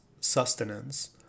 sustenance